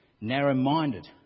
narrow-minded